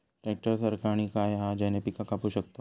Tractor सारखा आणि काय हा ज्याने पीका कापू शकताव?